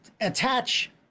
attach